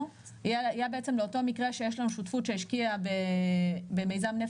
היה בעצם לאותו מקרה שיש לנו שותפות שהשקיעה במיזם נפט